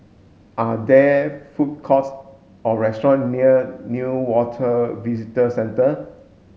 are there food courts or restaurant near Newater Visitor Centre